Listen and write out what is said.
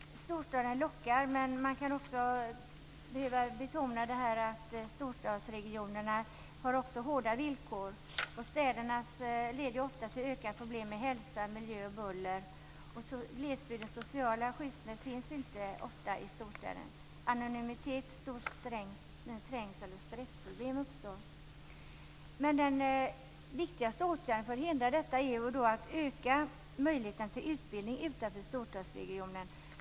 Storstäderna lockar. Men man måste också betona att storstadsregionerna har hårda villkor. Det leder ofta till ökade problem med hälsa, miljö och buller. Glesbygdens sociala skyddsnät finns ofta inte i storstäderna. Anonymitet, trängsel och stressproblem uppstår. Den viktigaste åtgärden för att förhindra detta är att öka möjligheterna till utbildning utanför storstadsregionen.